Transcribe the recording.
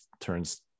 turns